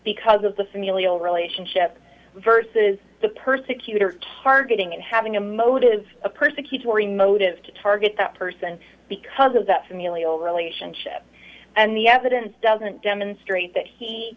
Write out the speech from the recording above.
because of the familial relationship versus the persecutor targeting and having a motive a persecutory motive to target that person because of that familial relationship and the evidence doesn't demonstrate that he